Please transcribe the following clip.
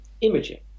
imaging